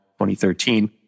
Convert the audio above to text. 2013